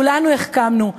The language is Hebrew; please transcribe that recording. כולנו החכמנו.